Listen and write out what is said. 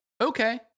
okay